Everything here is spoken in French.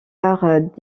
arts